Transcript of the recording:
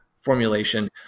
formulation